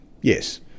Yes